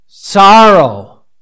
Sorrow